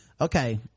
okay